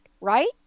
right